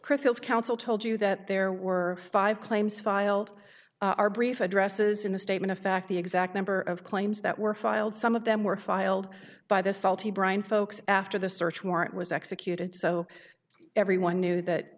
critical counsel told you that there were five claims filed our brief addresses in a statement of fact the exact number of claims that were filed some of them were filed by the salty brine folks after the search warrant was executed so everyone knew that